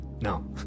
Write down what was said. No